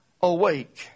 awake